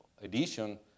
edition